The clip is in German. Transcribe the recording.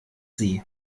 sie